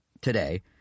today